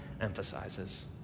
emphasizes